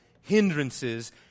hindrances